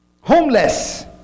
homeless